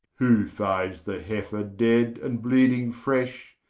who finds the heyfer dead, and bleeding fresh,